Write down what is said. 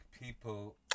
people